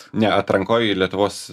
ne atrankoj į lietuvos